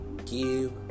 give